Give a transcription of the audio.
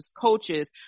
coaches